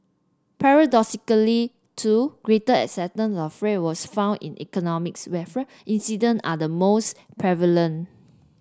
paradoxically too greater acceptance of fraud was found in economies where fraud incident are the most prevalent